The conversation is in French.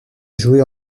jouer